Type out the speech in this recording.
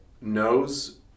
knows